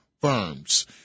firms